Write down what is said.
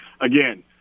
again